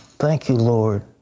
thank you lord,